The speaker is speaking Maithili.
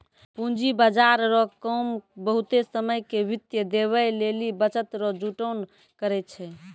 पूंजी बाजार रो काम बहुते समय के वित्त देवै लेली बचत रो जुटान करै छै